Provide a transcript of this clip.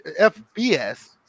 FBS